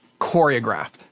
choreographed